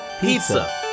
Pizza